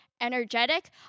energetic